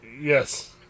Yes